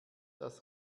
das